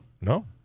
No